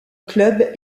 club